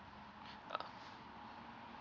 uh